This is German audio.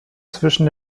zwischen